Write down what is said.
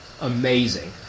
amazing